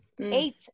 Eight